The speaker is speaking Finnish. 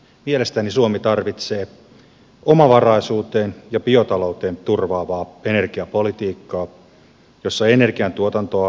mielestäni suomi tarvitsee omavaraisuuteen ja biotalouteen turvaavaa energiapolitiikkaa jossa energiantuotantoa on hajautettu riittävästi